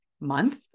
month